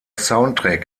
soundtrack